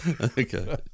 Okay